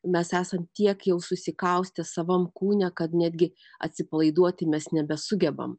mes esam tiek jau susikaustę savam kūne kad netgi atsipalaiduoti mes nebesugebam